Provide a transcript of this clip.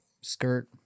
skirt